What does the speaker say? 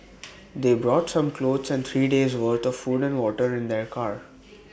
they brought some clothes and three days' worth of food and water in their car